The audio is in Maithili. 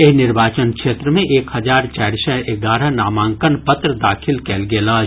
एहि निर्वाचन क्षेत्र मे एक हजार चारि सय एगारह नामांकन पत्र दाखिल कयल गेल अछि